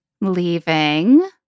Leaving